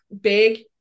big